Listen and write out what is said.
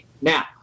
Now